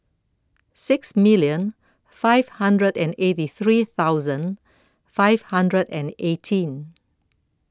six million five hundred and eighty three thousand five hundred and eighteen